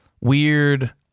weird